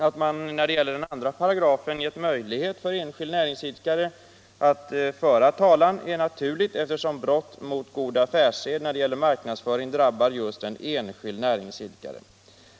Att man när det gäller 2 § givit möjlighet för enskild näringsidkare att föra talan är naturligt, eftersom brott mot god affärssed när det gäller marknadsföring drabbar just enskild näringsidkare.